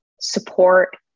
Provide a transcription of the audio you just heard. support